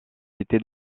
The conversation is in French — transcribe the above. été